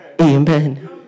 Amen